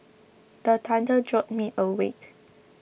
the thunder jolt me awake